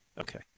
Okay